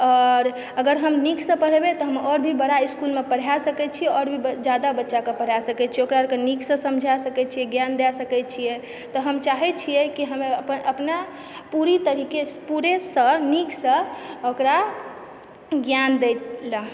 आओर अगर हम नीकसँ पढ़ेबय तऽ हम आओर भी बड़ा इस्कूलमे पढ़ा सकय छियै आओर भी जादा बच्चाके पढ़ा सकय छियै ओकरा आरके नीकसँ समझा सकय छियै ज्ञान दए सकैत छियै तऽ हम चाहय छियै कि हमे अपना पूरी तरीकेसँ पूरे सँ नीकसँ ओकरा ज्ञान देइ लऽ